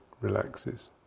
relaxes